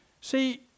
See